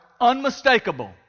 unmistakable